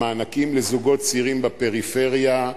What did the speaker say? המענקים לזוגות צעירים בפריפריה,